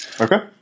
Okay